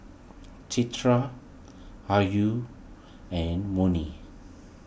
Citra Ayu and Murni